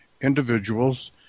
individuals